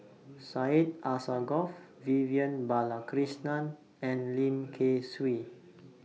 Syed Alsagoff Vivian Balakrishnan and Lim Kay Siu